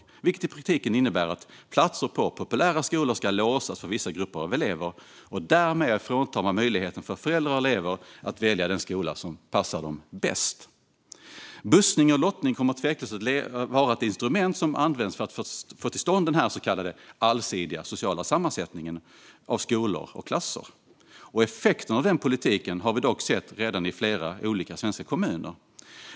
Det innebär i praktiken att platser på populära skolor ska låsas för vissa grupper av elever. Därmed fråntar man föräldrar och elever möjligheten att välja den skola som passar dem bäst. Bussning och lottning kommer tveklöst att vara instrument som används för att få till stånd denna så kallade allsidiga sociala sammansättning i skolor och klasser. Effekterna av den politiken har vi dock redan sett i flera svenska kommuner.